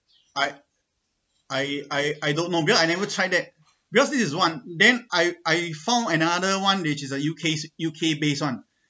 I I I I don't know because I never tried that because this is one then I I found another one which is uh U_K U_K base one